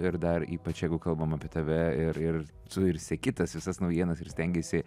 ir dar ypač jeigu kalbam apie tave ir ir tu ir seki tas visas naujienas ir stengiesi